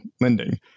lending